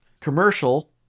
commercial